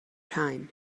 time